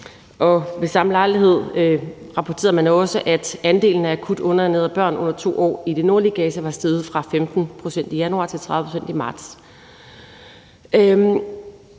Ved samme lejlighed rapporterede man også, at andelen af akut underernærede børn under 2 år i det nordlige Gaza var steget fra 15 pct. i januar til 30 pct. i marts. Vi